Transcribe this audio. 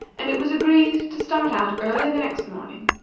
and it was agreed to start out early the next morning,